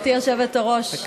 גברתי היושבת-ראש,